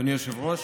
אדוני היושב-ראש,